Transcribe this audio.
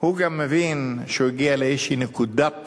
הוא גם מבין שהוא הגיע לאיזו נקודת